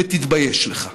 ותתבייש לך.